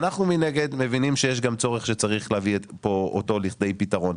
אנחנו מנגד מבינים שיש גם צורך שצריך להביא אותו לכדי פתרון.